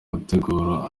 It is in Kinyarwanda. gutegura